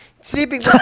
Sleeping